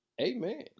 Amen